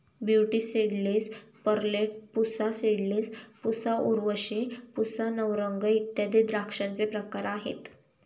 beauty seedless, Perlette, Pusa seedless, Pusa Urvashi, Pusa Navrang इत्यादी द्राक्षांचे प्रकार आहेत